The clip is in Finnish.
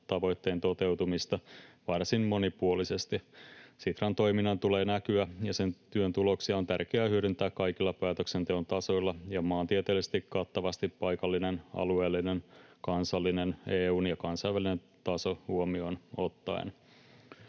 tavoitteen toteutumista varsin monipuolisesti. Sitran toiminnan tulee näkyä ja sen työn tuloksia on tärkeää hyödyntää kaikilla päätöksenteon tasoilla ja maantieteellisesti kattavasti paikallinen, alueellinen, kansallinen, EU:n ja kansainvälinen taso huomioon ottaen.